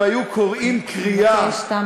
הם היו קורעים קריעה, אני מבקשת.